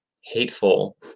hateful